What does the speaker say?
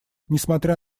несмотря